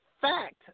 fact